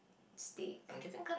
steak